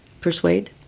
persuade